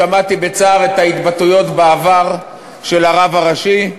שמעתי בצער את ההתבטאויות של הרב הראשי בעבר,